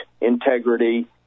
integrity